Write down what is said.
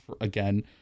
again